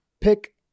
pick